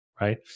right